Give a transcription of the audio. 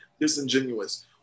disingenuous